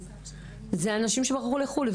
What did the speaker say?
זה אנשים שברחו לחו"ל.